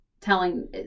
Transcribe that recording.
telling